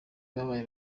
babaye